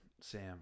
Sam